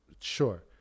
Sure